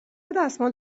دستمال